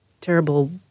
terrible